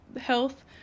health